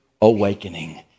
Awakening